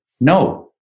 No